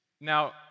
Now